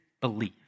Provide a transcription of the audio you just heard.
believe